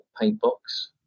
Paintbox